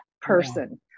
person